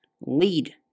lead